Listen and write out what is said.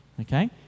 Okay